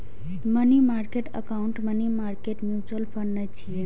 money market account money market mutual fund नै छियै